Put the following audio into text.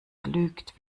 lügt